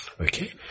Okay